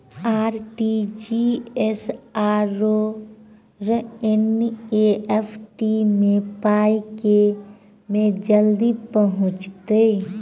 RTGS आओर NEFT मे पाई केँ मे जल्दी पहुँचत?